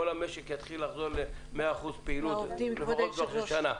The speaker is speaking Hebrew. כל המשק יתחיל לחזור ל-100 אחוזי פעילות בעוד שנה.